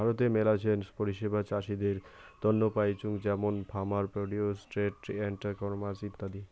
ভারতে মেলাছেন পরিষেবা চাষীদের তন্ন পাইচুঙ যেমন farmer produce trade and commerce ইত্যাদি